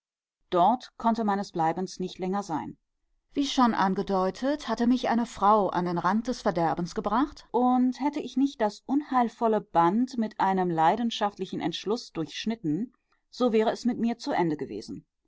dort konnte meines bleibens nicht länger sein wie schon angedeutet hatte mich eine frau an den rand des verderbens gebracht und hätte ich nicht das unheilvolle band mit einem leidenschaftlichen entschluß durchschnitten so wäre es mit mir zu ende gewesen